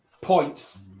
points